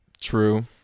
True